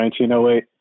1908